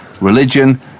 religion